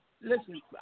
Listen